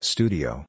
Studio